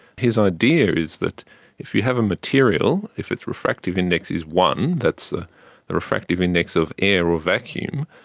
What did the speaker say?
his idea is that if you have a material, if its refractive index is one, that's the the refractive index of air or vacuum,